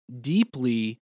deeply